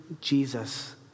Jesus